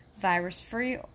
virus-free